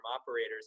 operators